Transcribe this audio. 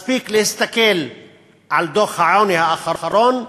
מספיק להסתכל על דוח העוני האחרון,